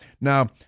Now